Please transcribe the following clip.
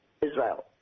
Israel